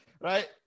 Right